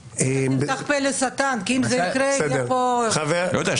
אל תפתח פה לשטן כי אם זה יקרה יהיה פה --- לא יודע,